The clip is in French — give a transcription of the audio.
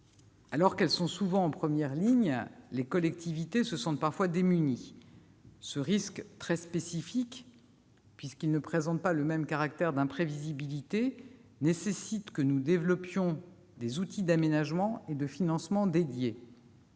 Alors qu'elles sont souvent en première ligne, les collectivités se sentent parfois démunies. Ce risque très spécifique, puisqu'il ne présente pas le même caractère d'imprévisibilité, nécessite que nous développions des outils d'aménagement et de financements dédiés.